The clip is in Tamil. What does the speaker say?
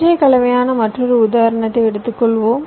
சற்றே கலவையான மற்றொரு உதாரணத்தை எடுத்துக்கொள்வோம்